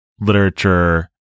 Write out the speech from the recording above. literature